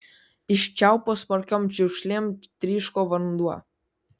iš čiaupo smarkiom čiurkšlėm tryško vanduo